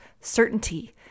certainty